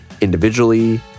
individually